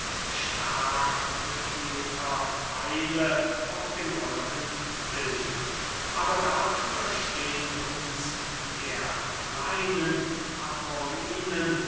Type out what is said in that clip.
starkbekielter pfeile auf dem rücken bilden aber dafür stehen uns der kleinen amorinen